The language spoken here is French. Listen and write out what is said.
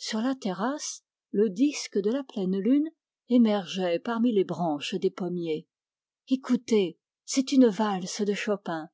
sur la terrasse le disque de la pleine lune émergeait parmi les branches des pommiers écoutez c'est une valse de chopin